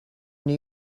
new